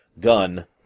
gun